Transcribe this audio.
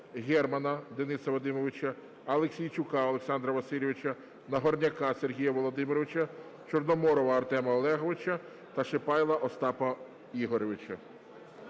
Германа Дениса Вадимовича, Аліксійчука Олександра Васильовича, Нагорняка Сергія Володимировича, Чорноморова Артема Олеговича та Шипайла Остапа Ігоровича.